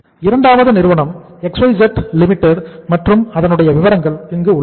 இரண்டாவது நிறுவனம் XYZ Limited மற்றும் அதனுடைய விவரங்கள் இங்கு உள்ளன